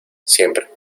siempre